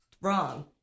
wrong